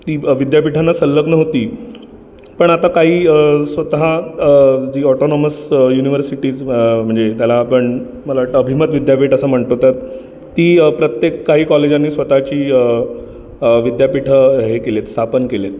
विद्यापीठांना संलग्न होती पण आता काही अ स्वतः जी ऑटोनॉमस युनिव्हर्सिटीज अ म्हणजे त्याला आपण मला वाटतं अभिमत विद्यापीठ असं म्हणतो तर ती प्रत्येक काही कॉलेजांनी स्वतःची अ विद्यापीठं हे केली आहेत स्थापन केली आहेत